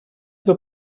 эту